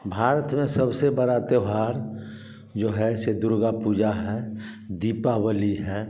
भारत का सबसे बड़ा त्यौहार जो है श्री दुर्गा पूजा है दीपावली है